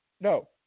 No